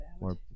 more